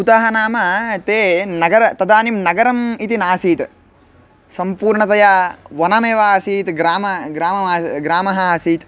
कुतः नाम ते नगरं तदानीं नगरम् इति नासीत् सम्पूर्णतया वनमेव आसीत् ग्रामः ग्रामम् आसीत् ग्रामः आसीत्